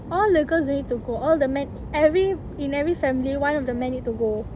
all the girls don't need to go all the men every in every family one of the man need to go